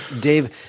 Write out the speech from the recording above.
Dave